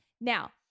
Now